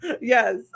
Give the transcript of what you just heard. Yes